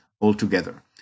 altogether